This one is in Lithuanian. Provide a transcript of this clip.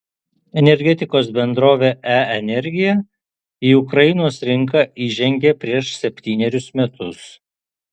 energetikos bendrovė e energija į ukrainos rinką įžengė prieš septynerius metus